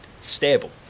stable